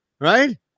right